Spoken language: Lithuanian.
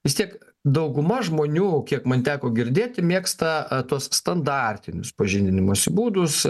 vis tiek dauguma žmonių kiek man teko girdėti mėgsta tuos standartinius pažindinimosi būdus